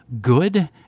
good